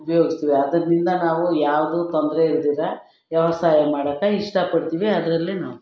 ಉಪಯೋಗ್ಸ್ತೀವಿ ಅದರ್ನಿಂದ ನಾವು ಯಾವುದೂ ತೊಂದರೆ ಇಲ್ದಿರ ವ್ಯವಸಾಯ ಮಾಡಾಕ ಇಷ್ಟಪಡ್ತೀವಿ ಅದರಲ್ಲೇ ನಾವು